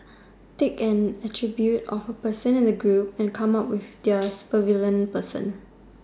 take an attribute of a person in a group and come up with their super villain person